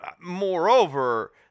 moreover